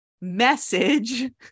message